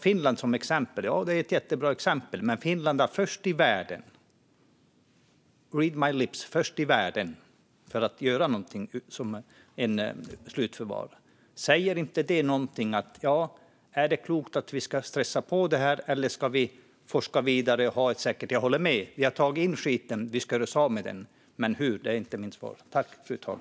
Finland är ett jättebra exempel. Men Finland var först i världen - read my lips - med att göra ett slutförvar. Säger inte det någonting om ifall det är klokt att vi ska stressa på det här eller om vi ska forska vidare. Jag håller med om att har vi tagit in skiten ska vi göra oss av med den, men hur är det inte jag som ska svara på.